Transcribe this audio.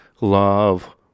love